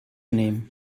nehmen